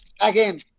Again